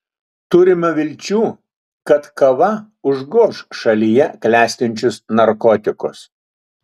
turima vilčių kad kava užgoš šalyje klestinčius narkotikus